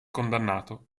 condannato